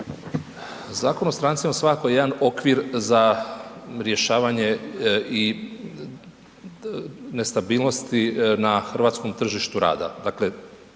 Zakon o strancima svakako je jedan okvir za rješavanje i nestabilnosti na hrvatskom tržištu rada. Dakle,